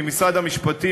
ממשרד המשפטים,